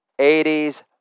80s